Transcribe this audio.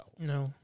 No